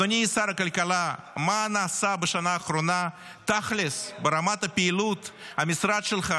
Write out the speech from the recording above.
אדוני שר הכלכלה: מה נעשה בשנה האחרונה תכלס ברמת פעילות המשרד שלך,